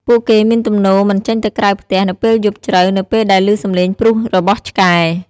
ពួកគេមានទំនោរមិនចេញទៅក្រៅផ្ទះនៅពេលយប់ជ្រៅនៅពេលដែលឮសំឡេងព្រុសរបស់ឆ្កែ។